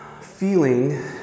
feeling